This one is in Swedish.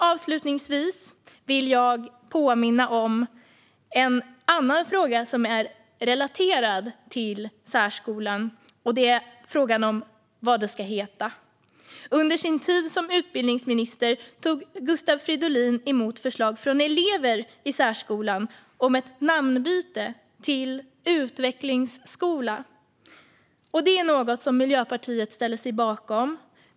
Avslutningsvis vill jag påminna om en annan fråga som är relaterad till den om särskolan, nämligen frågan om vad den ska heta. Under sin tid som utbildningsminister tog Gustav Fridolin emot förslag från elever i särskolan om ett namnbyte till "utvecklingsskola". Detta är något som Miljöpartiet ställer sig bakom.